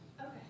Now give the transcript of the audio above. Okay